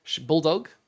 Bulldog